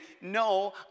no